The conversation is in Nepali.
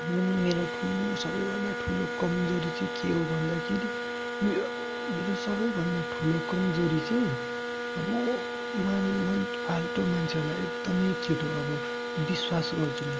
अनि मेरो ठुलो सबैभन्दा ठुलो कमजोरी चाहिँ के हो भन्दाखेरि मेरो मेरो सबैभन्दा ठुलो कमजोरी चाहिँ म फाल्टो मान्छेहरूलाई एकदमै छिट्टो अब विश्वास गर्छु